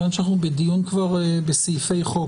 מכיוון שאנחנו כבר בדיון בסעיפי חוק,